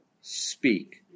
speak